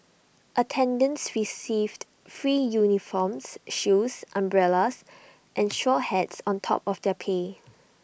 attendants received free uniforms shoes umbrellas and straw hats on top of their pay